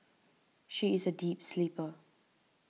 she is a deep sleeper